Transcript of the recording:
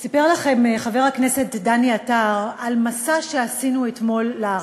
סיפר לכם חבר הכנסת דני עטר על מסע שעשינו אתמול לערבה.